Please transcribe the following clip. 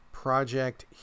project